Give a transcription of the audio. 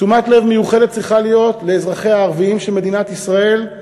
תשומת לב מיוחדת צריכה להיות לאזרחיה הערבים של מדינת ישראל,